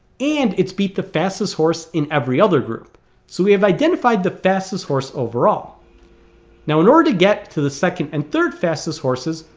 and it's beat the fastest horse in every other group so we have identified the fastest horse overall now in order to get to the second and third fastest horses,